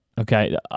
Okay